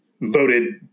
voted